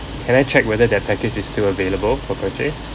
can I check whether their package is still available for purchase